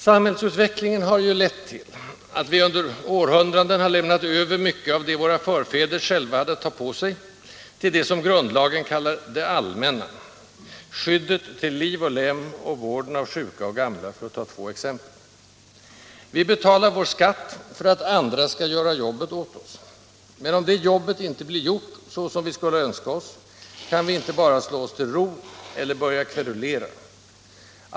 Samhällsutvecklingen har ju lett till att vi, under århundraden, har lämnat över mycket av det våra förfäder själva hade att ta på sig till det som grundlagen kallar ”det allmänna”: skyddet till liv och lem och vården av sjuka och gamla, för att ta två exempel. Vi betalar vår skatt för att andra skall göra jobbet åt oss. Men om det jobbet inte blir gjort så som vi skulle önska oss, kan vi inte bara slå oss till ro — eller börja kverulera.